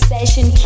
Session